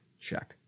check